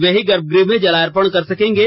वे ही गर्भगृह में जलापर्ण कर सकेंगे